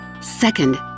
Second